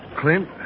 Clint